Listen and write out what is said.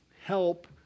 help